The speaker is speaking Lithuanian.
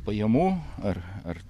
pajamų ar ar